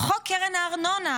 חוק קרן הארנונה,